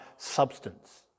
substance